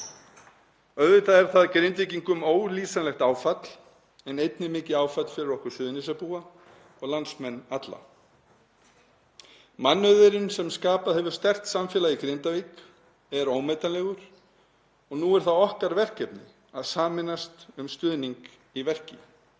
Auðvitað er það Grindvíkingum ólýsanlegt áfall en einnig mikið áfall fyrir okkur Suðurnesjabúa og landsmenn alla. Mannauðurinn sem skapað hefur sterkt samfélag í Grindavík er ómetanlegur og nú er það okkar verkefni að sameinast um stuðning í verki.